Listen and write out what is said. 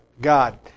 God